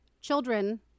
Children